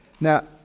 Now